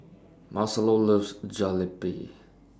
Marcelo loves Jalebi